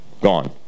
gone